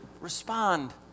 respond